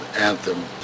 anthem